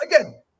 again